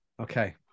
Okay